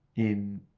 in